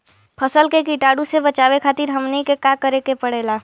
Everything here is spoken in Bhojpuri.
फसल के कीटाणु से बचावे खातिर हमनी के का करे के पड़ेला?